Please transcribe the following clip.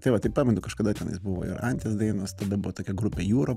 tai vat tai pamenu kažkada tenais buvo ir anties dainis tada buvo tokia grupė jūra